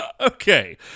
Okay